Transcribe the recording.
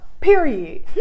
period